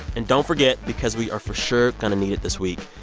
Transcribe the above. and don't forget, because we are for sure going to need it this week,